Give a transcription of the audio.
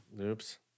Oops